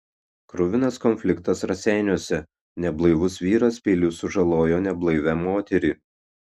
kruvinas konfliktas raseiniuose neblaivus vyras peiliu sužalojo neblaivią moterį